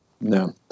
No